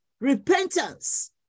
repentance